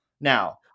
Now-